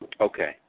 Okay